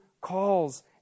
calls